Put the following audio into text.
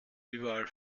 überall